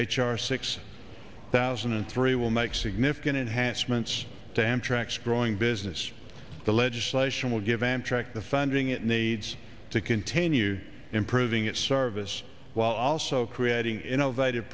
r six thousand and three will make significant enhancements to amtrak's growing business the legislation will give amtrak the funding it needs to continue improving its service while also creating innovative